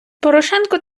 порошенко